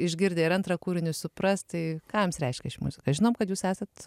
išgirdę ir antrą kūrinį supras tai ką jums reiškia ši muzika žinom kad jūs esat